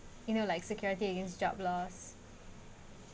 you know like security against jobless